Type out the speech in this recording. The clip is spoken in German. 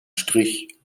strich